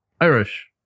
Irish